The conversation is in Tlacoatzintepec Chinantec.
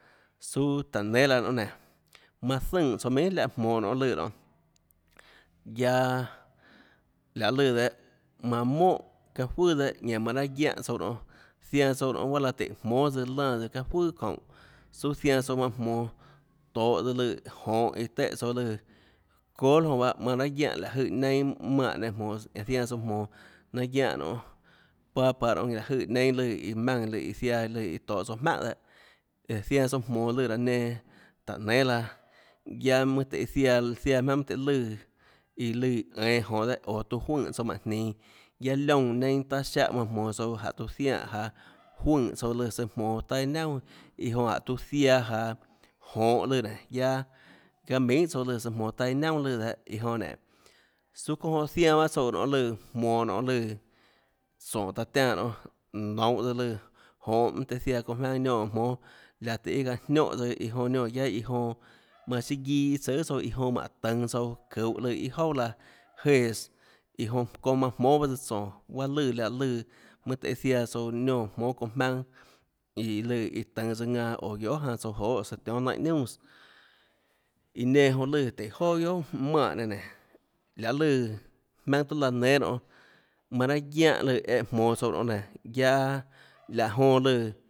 Suâ táå nénâ laã nonê nénå manã zønè tsoã minhà láhã jmonå nonê lùã nonê guiaâ lahê lùã dehâ manã mónhà juøà dehâ ñanã manã nanâ guiánhå tsouã nionê zianã tsouã nionê guaâ láhã tùhå jmónâ tsouã lánã juøà çoúnhå suâ zainã tsouã manã jmonå tohå tsøã lùã jonhå iã téhã tsouã iã lùã col jonã bahâ manã nanâ guiánhã láhå jøè neinâ manè nenã jmonås ñanã zianã tsouã jmonå nanâ guiánhã nonê papa nonê ñanã láhå jøè neinâ lùã maùnã lùã iã ziaã iã tohå tsouã jmaùnhà dehâ zianã tsouã jmonå lùã raã nenã táhå nénâ laã guiaâ mønâ tøhê ziaã ziaã jmaønâ mønâ tøhê lùã iã lùã ænå jonhå ehâ oå tuã juønè tsouã mánhå jninå guiaâ liónã neinâ taâ siáhã manã jmonå tsouã jánhå tuã zianè jaå juønè tsouã lùã søã jmonå taâ iâ naunà iã onã jánhå tuã ziaã jaå jonhå lùã nénå guiaâ guiaâ minhà tsouã lùã søã jmonå taâ iâ naunà lùã dehâ iã jonã nénå suâ çounã jonã ziaã tsouã nonê lùã jmonå nonê lùã tsónå taã tiánã nonê nounhå tsøã lùã jonhå mønâ tøhê ziaã çounã jmønâ niónã jmónâ laå tøhê iâ çaâ niónhã tsøã iã jonã niónã guiaâ iã jonã manã siâ guiâ iâ tsùâ guiohà tsouã iã jonã tønå tsouã çuhå lùã iâ jouà laã jéãs iã jonã çounâ manã jmónâ tsøã tsónå guaâ lùã láhã lùã mønâ tøhê zianã tsouã niónã jmonå çounã jmaønâ iå lùã iã tønå tsøã ðanã oå guiohà janã tsouã joês tsøã tionhâ naínhã niunàs iã nenã jonã lùã tùhå joà guiohà manè nenã nénå lahê lùã jmaønâ tuâ laã nénâ nonê manã raâ guiánhã lùã eã jmonå tsouã nonê nénå guiaâ laã jonã lùã